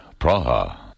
Praha